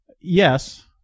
yes